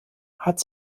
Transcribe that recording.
hat